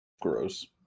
Gross